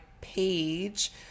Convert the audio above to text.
page